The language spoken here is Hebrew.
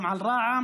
גם על רע"מ.